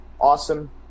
Awesome